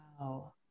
Wow